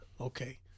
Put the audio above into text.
okay